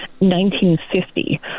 1950